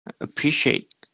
appreciate